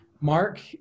Mark